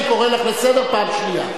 חברת הכנסת זוארץ, אני קורא לך לסדר פעם שנייה.